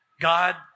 God